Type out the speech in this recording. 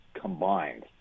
combined